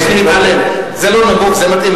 זה לא נמוך מדי?